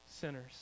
sinners